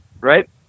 Right